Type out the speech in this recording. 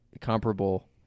comparable